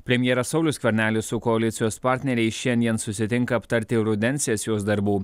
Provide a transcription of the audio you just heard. premjeras saulius skvernelis su koalicijos partneriais šiandien susitinka aptarti rudens sesijos darbų